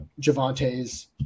Javante's